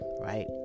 right